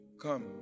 come